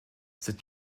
cette